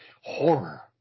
horror